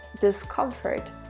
discomfort